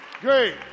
Great